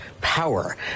power